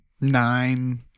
nine